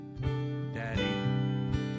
daddy